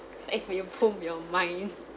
it's like when you comb your mind